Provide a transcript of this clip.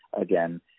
again